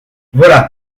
voilà